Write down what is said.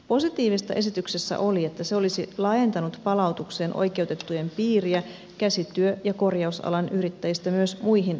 positiivista esityksessä oli että se olisi laajentanut palautukseen oikeutettujen piiriä käsityö ja korjausalan yrittäjistä myös muihin vaikeavammaisiin yrittäjiin